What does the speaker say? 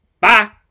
Bye